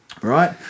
Right